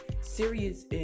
serious